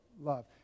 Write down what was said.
love